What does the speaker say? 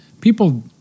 People